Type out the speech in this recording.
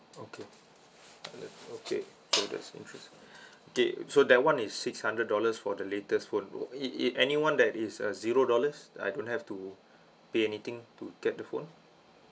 okay okay so there's interest okay so that one is six hundred dollars for the latest phone it it any one that is a zero dollars I don't have to pay anything to get the phone